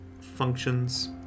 functions